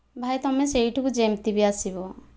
ଭାଇ ତୁମେ ସେଇଠିକୁ ଯେମିତି ବି ଆସିବ